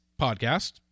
podcast